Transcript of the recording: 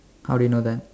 how do you know that